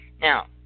Now